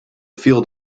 field